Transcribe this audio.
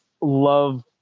love